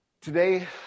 today